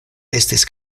estis